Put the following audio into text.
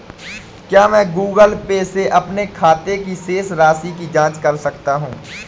क्या मैं Google Pay से अपने खाते की शेष राशि की जाँच कर सकता हूँ?